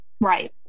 Right